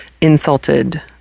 insulted